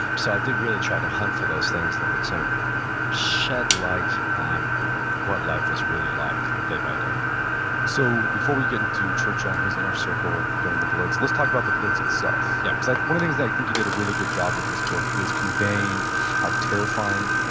so i did really try to hunt for those things that would sort of shed light on what life was really like day by day so before we get into churchill and his inner circle during the blitz, let's talk about the blitz itself. yeah cause one of things that i think you did a really good job with this book is conveying how terrifying,